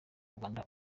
rwanda